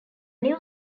new